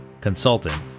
consultant